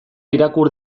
irakur